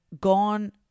gone